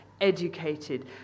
educated